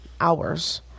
hours